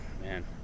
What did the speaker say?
Man